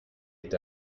est